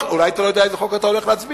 אולי אתה לא יודע על איזה חוק אתה הולך להצביע.